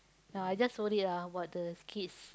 ya I just worried ah about the kids